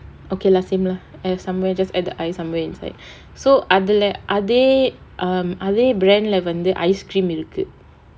okay lah same lah eh somewhere just add the I somewhere inside so அதுல அதே:athula athae um அதே:athae brand leh வந்து:vanthu ice cream இருக்கு:irukku